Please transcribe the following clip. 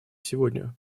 сегодня